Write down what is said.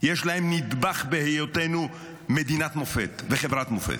יש להם נדבך בהיותנו מדינת מופת וחברת מופת.